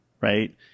right